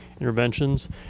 interventions